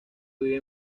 vivía